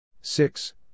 six